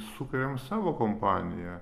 sukuriam savo kompaniją